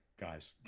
Guys